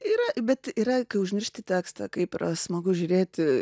yra bet yra kai užmiršti tekstą kaip yra smagu žiūrėti